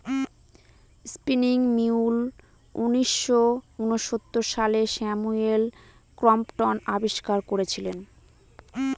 spinning mule উনিশশো ঊনসত্তর সালে স্যামুয়েল ক্রম্পটন আবিষ্কার করেছিলেন